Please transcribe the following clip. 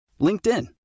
LinkedIn